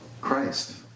Christ